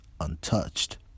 untouched